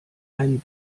ein